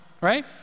right